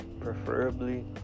preferably